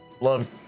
Love